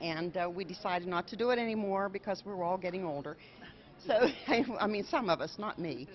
and we decided not to do it anymore because we're all getting older so i mean some of us not me